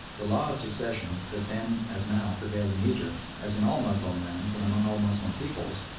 the law of succession that then, as now, prevailed in egypt, as in all moslem lands and amongst all moslem peoples,